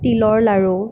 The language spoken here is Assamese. তিলৰ লাড়ু